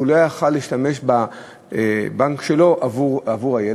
והוא לא היה יכול להשתמש בבנק שלו עבור הילד.